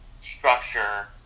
structure